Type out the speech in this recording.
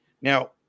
Now